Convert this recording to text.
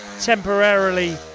temporarily